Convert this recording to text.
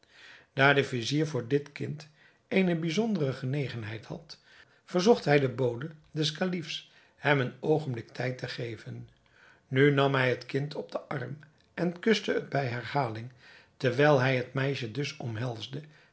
daar de vizier voor dit kind eene bijzondere genegenheid had verzocht hij den bode des kalifs hem een oogenblik tijd te geven nu nam hij het kind op den arm en kuste het bij herhaling terwijl hij het meisje dus